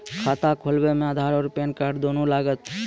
खाता खोलबे मे आधार और पेन कार्ड दोनों लागत?